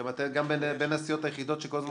גם אתם בין הסיעות היחידות שכל הזמן